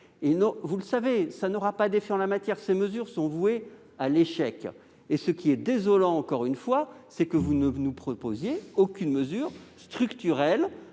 Or, vous le savez, cela n'aura aucun effet en la matière. Ces mesures sont vouées à l'échec. Le plus désolant, encore une fois, c'est que vous ne nous proposez aucune mesure structurelle